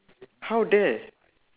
how dare